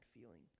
feeling